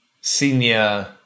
senior